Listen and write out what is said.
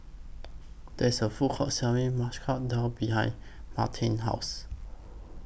There IS A Food Court Selling Masoor Dal behind Martine's House